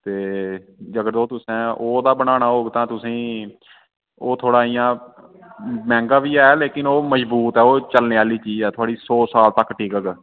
ते जे अगर ओह् तुसें ओह्दा बनाना होग तां तुसें ओह् थोड़ा इयां मैंह्गा बी ऐ लेकिन ओह् मजबूत ऐ ओह् चलने आह्ली चीज ऐ थुआड़ी सौ साल तगर टिकग